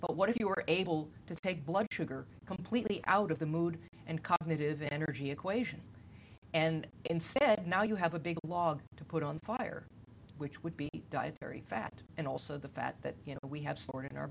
but what if you were able to take blood sugar completely out of the mood and cognitive energy equation and instead now you have a big log to put on fire which would be dietary fat and also the fat that we have stored in our